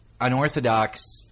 unorthodox